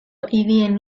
hirien